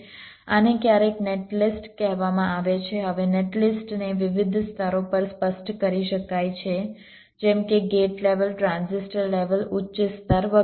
આને ક્યારેક નેટલિસ્ટ કહેવામાં આવે છે હવે નેટલિસ્ટને વિવિધ સ્તરો પર સ્પષ્ટ કરી શકાય છે જેમ કે ગેટ લેવલ ટ્રાન્ઝિસ્ટર લેવલ ઉચ્ચ સ્તર વગેરે